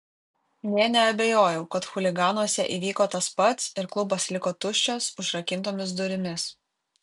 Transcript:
nė neabejojau kad chuliganuose įvyko tas pats ir klubas liko tuščias užrakintomis durimis